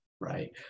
right